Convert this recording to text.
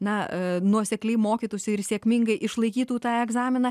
na nuosekliai mokytųsi ir sėkmingai išlaikytų tą egzaminą